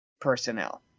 personnel